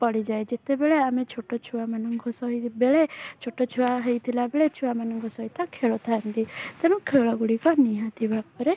ପଡ଼ିଯାଏ ଯେତେବେଳ ଆମେ ଛୋଟ ଛୁଆମାନଙ୍କ ସହିତ ବେଳେ ଛୋଟ ଛୁଆ ହେଇଥିଲା ବେଳେ ଛୋଟ ଛୁଆମାନଙ୍କ ସହିତ ଖେଳୁଥାନ୍ତି ତେଣୁ ଖେଳଗୁଡ଼ିକ ନିହାତି ଭାବରେ